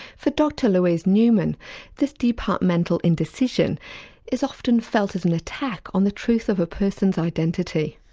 for dr louise newman this departmental indecision is often felt as an attack on the truth of a person's identity.